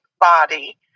body